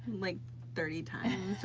like thirty times.